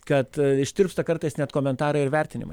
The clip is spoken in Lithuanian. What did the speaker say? kad ištirpsta kartais net komentarai ir vertinimai